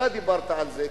אתה דיברת על זה,